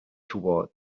toward